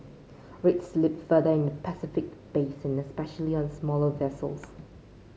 rates slipped further in the Pacific basin especially on smaller vessels